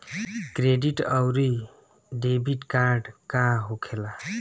Credit आउरी debit card का होखेला?